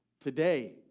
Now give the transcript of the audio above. today